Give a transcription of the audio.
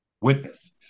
witness